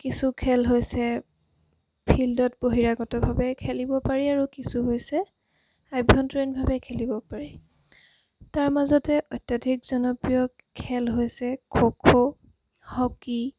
কিছু খেল হৈছে ফিল্ডত বহিৰাগতভাৱে খেলিব পাৰি আৰু কিছু হৈছে অভ্যন্তৰীণভাৱে খেলিব পাৰি তাৰ মাজতে অত্যাধিক জনপ্ৰিয় খেল হৈছে খো খো হকী